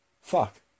Fuck